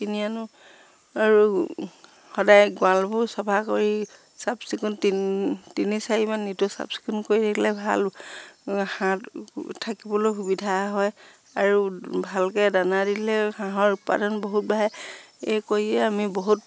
কিনি আনো আৰু সদায় গঁৰালবোৰ চফা কৰি চাফ চিকুণ তিনি তিনি চাৰিমান নিতৌ চাফ চিকুণ কৰি আহিলে ভাল হাঁহ থাকিবলৈ সুবিধা হয় আৰু ভালকৈ দানা দিলে হাঁহৰ উৎপাদন বহুত বঢ়ে এই কৰিয়ে আমি বহুত